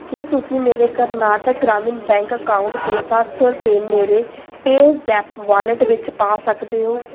ਕੀ ਤੁਸੀਂ ਮੇਰੇ Karnataka Gramin bank account ਤੋਂ ਸੱਤ ਸੌ ਰੁਪਏ ਮੇਰੇ ਪੇਜ਼ੈਪ ਵਾਲਿਟ ਵਿੱਚ ਪਾ ਸਕਦੇ ਹੋ